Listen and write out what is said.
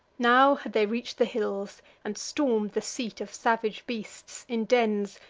now had they reach'd the hills, and storm'd the seat of salvage beasts, in dens,